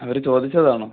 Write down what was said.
അവർ ചോദിച്ചതാണോ